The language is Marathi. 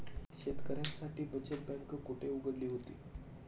शेतकऱ्यांसाठी बचत बँक कुठे उघडली होती?